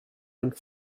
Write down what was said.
and